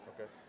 Okay